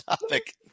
topic